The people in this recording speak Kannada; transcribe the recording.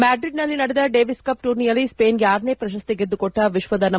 ಮ್ಯಾಡ್ರಿಡ್ ನಲ್ಲಿ ನಡೆದ ಡೇವಿಸ್ ಕಪ್ ಟೂರ್ನಿಯಲ್ಲಿ ಸ್ಪೇನ್ ಗೆ ಆರನೇ ಪ್ರಶಸ್ತಿ ಗೆದ್ದುಕೊಟ್ಟ ವಿಶ್ವದ ನಂ